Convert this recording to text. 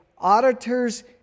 auditors